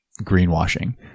greenwashing